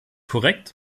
korrekt